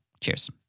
Cheers